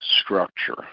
structure